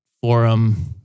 forum